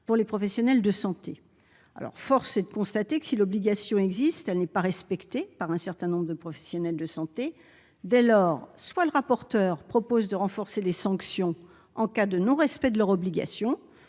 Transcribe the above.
déjà aux professionnels de santé. Or force est de constater que, si cette obligation existe, elle n'est pas respectée par certains professionnels de santé. Dès lors, le rapporteur doit soit proposer de renforcer les sanctions en cas de non-respect de leur obligation,